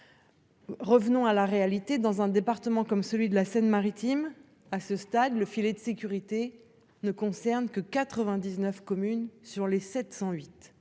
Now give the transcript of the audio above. Revenons à la réalité dans un département comme celui de la Seine Maritime. À ce stade, le filet de sécurité ne concerne que 99 communes sur les 708